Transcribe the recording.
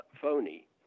phony